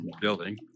building